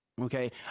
Okay